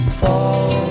fall